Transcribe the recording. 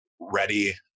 ready